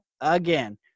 again